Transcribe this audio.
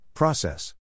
Process